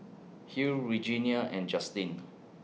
Hill Regenia and Justin